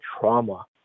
trauma